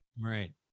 Right